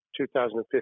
2015